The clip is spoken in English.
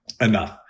enough